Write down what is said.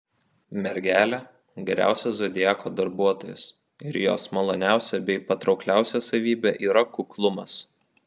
mergelė geriausias zodiako darbuotojas ir jos maloniausia bei patraukliausia savybė yra kuklumas